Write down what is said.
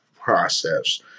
process